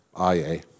IA